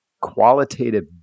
qualitative